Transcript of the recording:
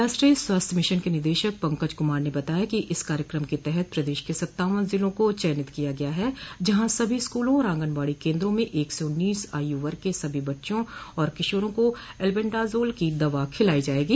राष्ट्रीय स्वास्थ्य मिशन के निदेशक पंकज कुमार ने बताया कि इस कार्यक्रम के तहत प्रदेश के सत्तावन जिलों को चयनित किया गया है जहां सभी स्कूलों और आंगनबाड़ी केन्द्रों में एक से उन्नीस आयु वर्ग के सभी बच्चों और किशोरों को एल्बेंडाजोल की दवा खिलाई जायेगी